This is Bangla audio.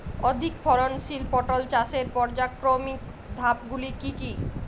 অধিক ফলনশীল পটল চাষের পর্যায়ক্রমিক ধাপগুলি কি কি?